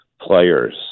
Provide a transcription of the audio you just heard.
players